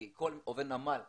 כי כל עובד נמל לפנינו,